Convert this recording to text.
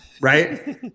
right